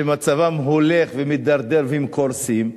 שמצבם הולך ומידרדר והם קורסים,